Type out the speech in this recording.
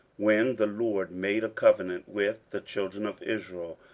when the lord made a covenant with the children of israel,